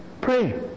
pray